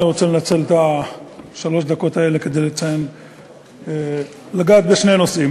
אני רוצה לנצל את שלוש הדקות האלה כדי לגעת בשני נושאים.